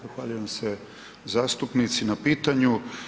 Zahvaljujem se zastupnici na pitanju.